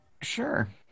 sure